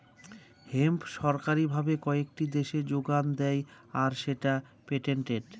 hemp সরকারি ভাবে কয়েকটি দেশে যোগান দেয় আর সেটা পেটেন্টেড